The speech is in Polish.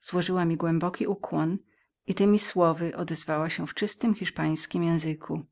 złożyła mi głęboki ukłon i temi słowy odezwała się w czystym hiszpańskim języku